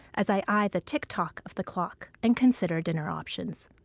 as i eye the tick-tock of the clock and consider dinner options.